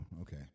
okay